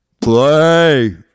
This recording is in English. play